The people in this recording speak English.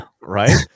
right